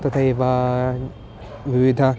तथैव विविधे